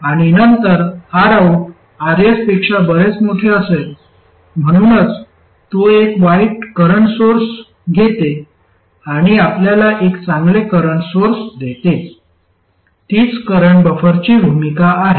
आणि नंतर Rout Rs पेक्षा बरेच मोठे असेल म्हणूनच तो एक वाईट करंट सोर्स घेते आणि आपल्याला एक चांगले करंट सोर्स देते तीच करंट बफरची भूमिका आहे